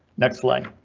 next line.